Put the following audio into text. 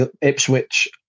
Ipswich